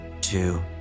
two